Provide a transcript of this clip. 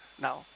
Now